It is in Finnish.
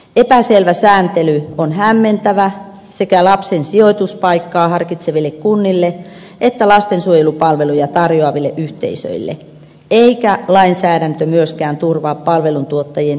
epäselvä sääntely on hämmentävä sekä lapsen sijoituspaikkaa harkitseville kunnille että lastensuojelupalveluja tarjoaville yhteisöille eikä lainsäädäntö myöskään turvaa palveluntuottajien yhdenmukaista kohtelua